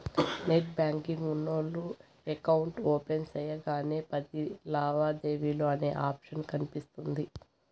net banking ఉన్నోల్లు account open సెయ్యగానే పది లావాదేవీలు అనే ఆప్షన్ కనిపిస్తుంది